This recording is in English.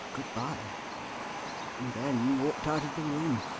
good-bye and then walked out of the room.